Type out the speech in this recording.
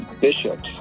bishops